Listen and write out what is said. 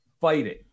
fighting